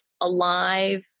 Alive